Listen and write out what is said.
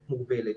מוגבלת.